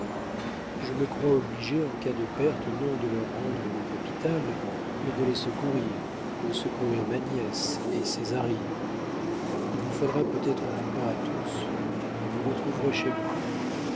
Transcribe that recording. je me crois obligé en cas de perte non de leur rendre le capital mais de les secourir de secourir ma nièce et césarine il vous faudra peut-être du pain à tous vous le trouverez chez moi